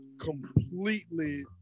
completely